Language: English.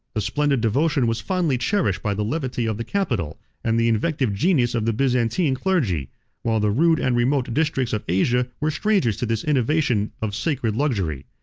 the splendid devotion was fondly cherished by the levity of the capital, and the inventive genius of the byzantine clergy while the rude and remote districts of asia were strangers to this innovation of sacred luxury.